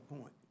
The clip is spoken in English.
point